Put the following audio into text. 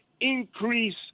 Increase